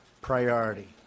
priority